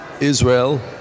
Israel